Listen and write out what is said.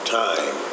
time